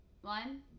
one